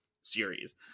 series